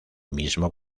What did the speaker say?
mismo